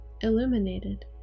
illuminated